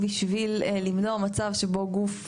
כדי למנוע מצב שבו גוף,